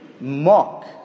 mock